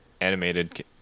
animated